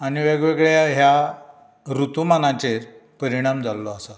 आनी वेगवेगळ्या ह्या ऋतूमानाचेर परिणाम जाल्लो आसा